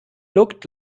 looked